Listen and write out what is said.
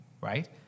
right